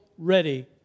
ready